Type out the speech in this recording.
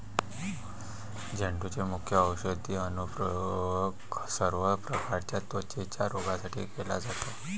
झेंडूचे मुख्य औषधी अनुप्रयोग सर्व प्रकारच्या त्वचेच्या रोगांसाठी केला जातो